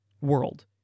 world